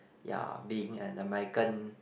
ya being an American